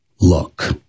look